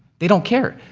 they don't care.